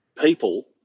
people